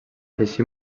així